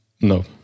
No